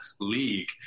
league